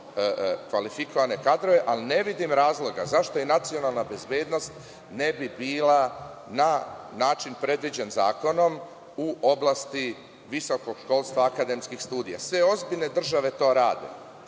kvalifikovane kadrove, ali ne vidim razloga zašto i nacionalna bezbednost ne bi bila na način predviđen zakonom u oblasti visokog školstva akademskih studija. Sve ozbiljne države to rade,